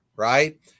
Right